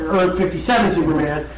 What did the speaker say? Earth-57-Superman